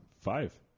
five